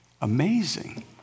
amazing